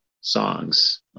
songs